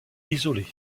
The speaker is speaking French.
isolé